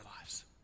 lives